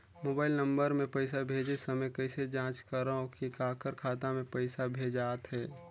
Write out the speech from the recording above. Mobile number मे पइसा भेजे समय कइसे जांच करव की काकर खाता मे पइसा भेजात हे?